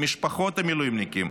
למשפחות המילואימניקים,